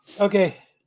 Okay